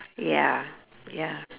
ya ya